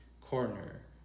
corner